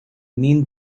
mean